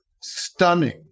stunning